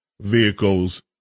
vehicles